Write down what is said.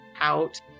Out